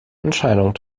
entscheidung